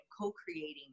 co-creating